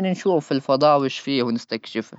المجال في مجال الحياه الاجتماعيه.